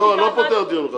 לא, לא פותח דיון מחדש.